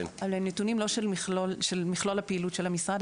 אבל הם נתונים לא של מכלול הפעילות של המשרד.